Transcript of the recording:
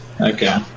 okay